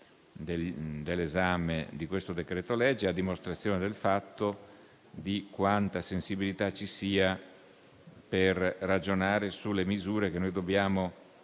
dell'esame di questo decreto-legge. Ciò a dimostrazione di quanta sensibilità ci sia nel ragionare sulle misure che dobbiamo